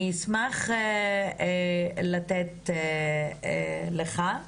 אני אשמח לתת לך,